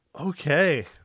Okay